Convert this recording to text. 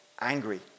angry